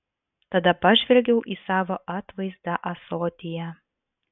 tada pažvelgiau į savo atvaizdą ąsotyje